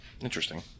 interesting